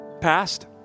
past